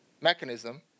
mechanism